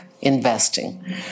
investing